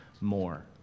more